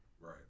Right